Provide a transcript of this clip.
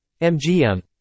MGM